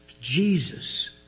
Jesus